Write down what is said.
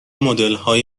مدلهای